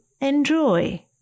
enjoy